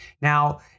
Now